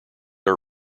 are